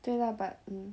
对 lah but 你